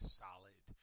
solid